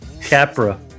Capra